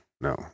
No